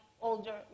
older